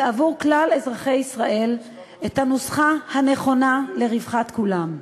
ועבור כלל אזרחי ישראל את הנוסחה הנכונה לרווחת כולם.